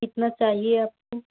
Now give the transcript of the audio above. कितना चाहिए आपको